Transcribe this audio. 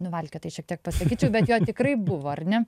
nuvalkiotai šiek tiek pasakyčiau bet jo tikrai buvo ar ne